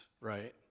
right